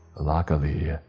Luckily